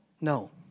no